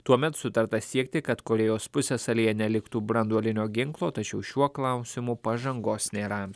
tuomet sutarta siekti kad korėjos pusiasalyje neliktų branduolinio ginklo tačiau šiuo klausimu pažangos nėra